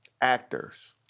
actors